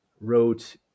wrote